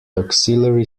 auxiliary